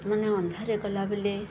ମାନେ ଅନ୍ଧାରରେ ଗଲା ବେଳେ